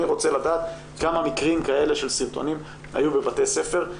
אני רוצה לדעת כמה מקרים כאלה של סרטונים היו בבתי ספר,